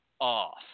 off